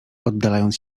oddalając